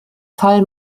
fall